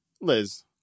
Liz